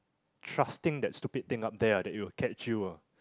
trusting that stupid thing up there ah that it will catch you ah